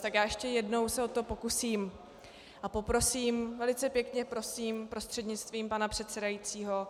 Tak já se ještě jednou o to pokusím a poprosím, velice pěkně prosím prostřednictvím pana předsedajícího.